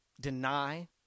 deny